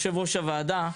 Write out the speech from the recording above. יושב-ראש הוועדה,